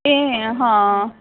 ਅਤੇ ਹਾਂ